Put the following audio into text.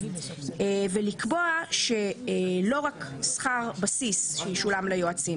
ולקבוע שלא רק שכר בסיס שישולם ליועצים,